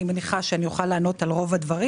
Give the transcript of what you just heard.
אני מניחה שאוכל לענות על רוב הדברים.